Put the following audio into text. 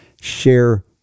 share